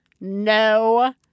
no